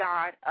God